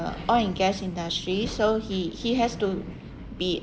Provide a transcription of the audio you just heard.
oil and gas industry so he he has to be